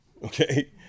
Okay